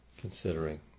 considering